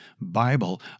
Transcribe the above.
Bible